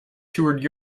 toured